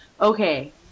Okay